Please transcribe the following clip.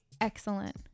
excellent